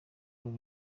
bari